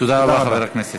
תודה רבה, חבר הכנסת.